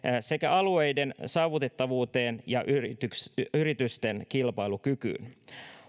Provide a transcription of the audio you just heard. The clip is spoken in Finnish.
sekä alueiden saavutettavuuteen ja yritysten kilpailukykyyn